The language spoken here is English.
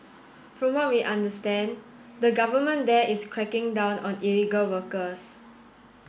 from what we understand the government there is cracking down on illegal workers